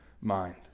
mind